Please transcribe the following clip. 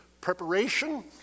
preparation